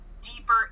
deeper